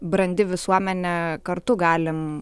brandi visuomenė kartu galim